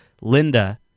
Linda